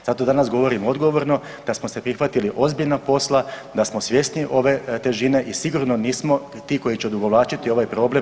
Zato danas govorimo odgovorno da smo se prihvatili ozbiljnog posla, da smo svjesni ove težine i sigurno nismo ti koji će odugovlačiti ovaj problem.